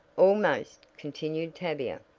almost, continued tavia.